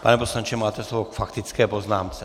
Pane poslanče, máte slovo k faktické poznámce.